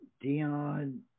Dion